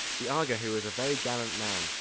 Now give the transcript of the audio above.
the aga, who was a very gallant man,